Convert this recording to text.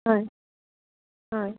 হয় হয়